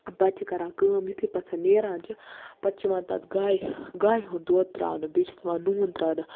پَتہٕ چھِ کَران کٲم یُتھٕے پَتہٕ سۄ نیران چھِ پَتہٕ چھِ یِوان تَتھ گایہ گاوِ ہُنٛد دۄد تراونہٕ بیٚیہِ چھُس یِوان نوٗن تراونہٕ